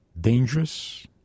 dangerous